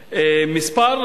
הממשלה,